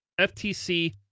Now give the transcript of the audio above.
FTC